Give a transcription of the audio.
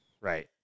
Right